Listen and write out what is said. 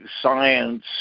science